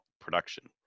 production